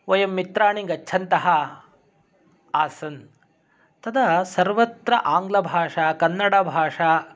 वयं मित्राणि गच्छन्तः आसन् तदा सर्वत्र आङ्ग्लभाषा कन्नडभाषा